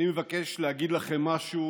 אני מבקש להגיד לכם משהו